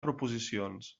proposicions